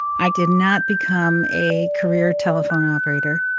i did not become a career telephone operator.